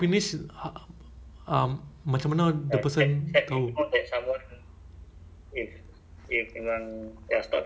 oh no oh but V_R means the device kan then the the user mesti jalan to